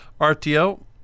RTO